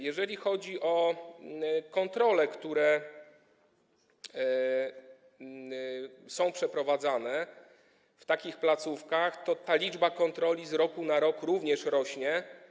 Jeżeli chodzi o kontrole, które są przeprowadzane w takich placówkach, to liczba tych kontroli z roku na rok rośnie.